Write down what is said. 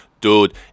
Dude